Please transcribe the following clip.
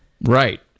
right